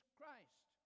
Christ